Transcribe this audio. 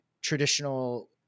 traditional